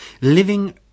Living